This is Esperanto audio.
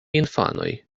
infanoj